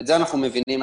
את זה אנחנו מבינים.